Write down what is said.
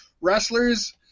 wrestlers